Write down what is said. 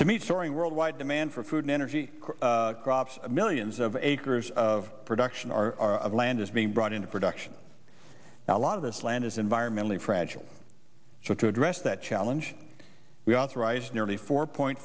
to meet soaring worldwide demand for food and energy crops millions of acres of production are land is being brought into production now a lot of this land is environmentally fragile so to address that challenge we authorized nearly four point